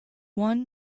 one